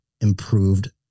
improved